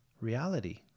Reality